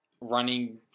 running